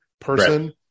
person